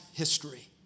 history